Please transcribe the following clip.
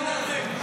לא אושרה,